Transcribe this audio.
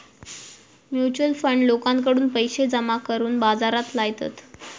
mutual fund लोकांकडून पैशे जमा करून बाजारात लायतत